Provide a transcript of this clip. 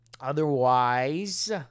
Otherwise